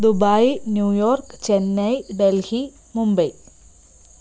Dubai New York Chennai Delhi Mumbai